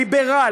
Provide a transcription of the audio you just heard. ליברל,